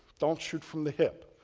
don't shoot from the hip.